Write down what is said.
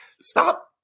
stop